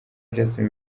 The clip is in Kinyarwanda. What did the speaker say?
justin